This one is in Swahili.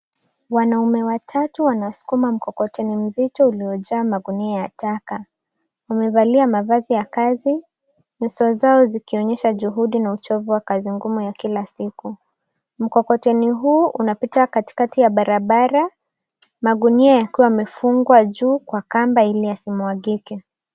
Wanaume watatu wanasukuma mkokoteni mzito uliojaa magunia ya taka. Wamevalia mavazi ya kazi, na sura zao zikionyesha juhudi na uchovu wa kazi ngumu ya kila siku. Mkokoteni huu unapita katikati ya barabara, magunia yakiwa yamefungwa juu kwa kamba ili yasimwagike.